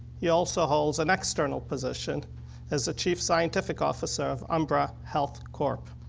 he also holds an external position as the chief scientific officer of umbra health corp.